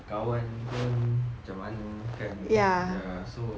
kawan pun macam mana kan ya so